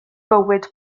bywyd